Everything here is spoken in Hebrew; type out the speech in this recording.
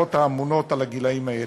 למסגרות האמונות על הגילאים האלה.